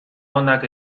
onak